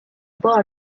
بار